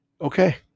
Okay